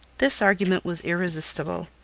this argument was irresistible.